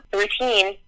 routine